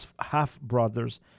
half-brothers